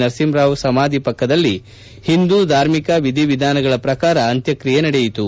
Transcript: ನರಸಿಂಹರಾವ್ ಸಮಾಧಿ ಪಕ್ಕದಲ್ಲಿ ಹಿಂದು ಧಾರ್ಮಿಕ ವಿಧಿವಿಧಾನಗಳ ಪ್ರಕಾರ ಅಂತ್ನಕ್ರಿಯೆ ನಡೆಯಿತು